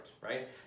right